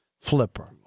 Flipper